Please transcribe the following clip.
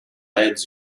l’aide